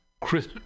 Chris